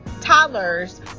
toddlers